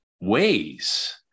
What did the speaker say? ways